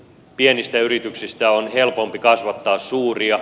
pienistä yrityksistä on helpompi kasvattaa suuria